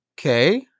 Okay